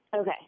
Okay